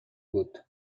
بود